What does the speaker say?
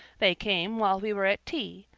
they came while we were at tea,